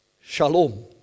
shalom